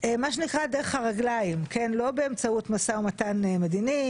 מה שנקרא דרך הרגליים ולא באמצעות משא ומתן מדיני